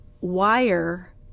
wire